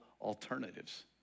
alternatives